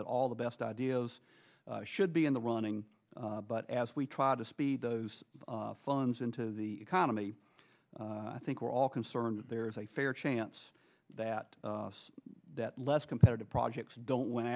that all the best ideas should be in the running but as we try to speed those funds into the economy i think we're all concerned that there is a fair chance that that less competitive projects don't w